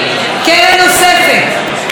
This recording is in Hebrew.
קרן שתתעסק עם הפריפריה,